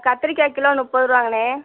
கத்திரிக்காய் கிலோ முப்பது ருபாங்கண்ணே